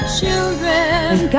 children